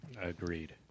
agreed